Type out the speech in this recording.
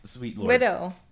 widow